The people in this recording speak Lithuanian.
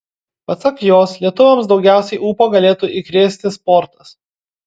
pasak jos lietuviams daugiausiai ūpo galėtų įkrėsi sportas